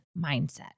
mindset